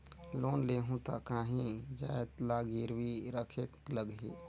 Loan लेहूं ता काहीं जाएत ला गिरवी रखेक लगही?